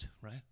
right